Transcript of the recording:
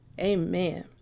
amen